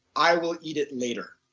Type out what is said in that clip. i will eat it later.